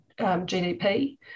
GDP